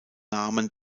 namen